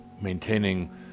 maintaining